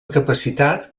capacitat